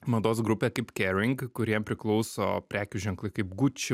mados grupė kaip kering kurie priklauso prekių ženklai kaip gucci